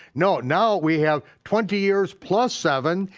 no, now we have twenty years plus seven,